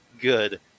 Good